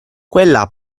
quella